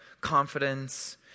confidence